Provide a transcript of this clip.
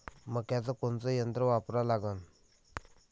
मक्याचं कोनचं यंत्र वापरा लागन?